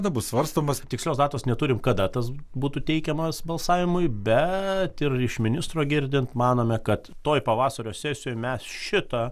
dabar svarstomas tikslios datos neturim kada tas būtų teikiamas balsavimui bet ir iš ministro girdint manome kad toj pavasario sesijoj mes šitą